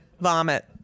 Vomit